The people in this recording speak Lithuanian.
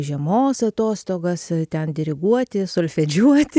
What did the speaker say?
žiemos atostogas ten diriguoti solfedžiuoti